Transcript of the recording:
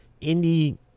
indie